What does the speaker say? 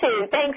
Thanks